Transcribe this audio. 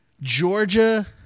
Georgia